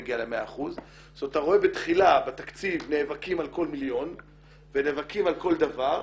אתה רואה בתחילה בתקציב נאבקים על כל מיליון ונאבקים על כל דבר,